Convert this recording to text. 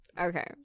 okay